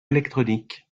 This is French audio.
électronique